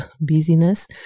busyness